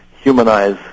humanize